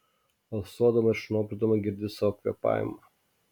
alsuodama ir šnopšdama girdi savo kvėpavimą